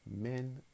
Men